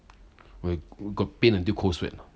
where got pain until cold sweat or not